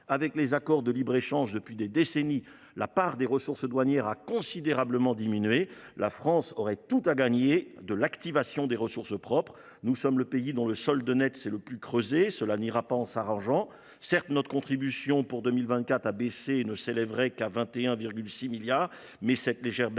Avec les accords de libre échange conclus depuis des décennies, la part des ressources douanières a considérablement diminué. La France aurait tout à gagner à l’activation des ressources propres. Nous sommes le pays dont le solde net s’est le plus creusé et cela n’ira pas en s’arrangeant. Certes, notre contribution pour 2024 baisse et ne s’élèvera qu’à 21,6 milliards d’euros, mais cette légère diminution